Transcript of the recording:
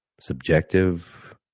subjective